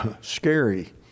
scary